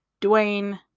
Dwayne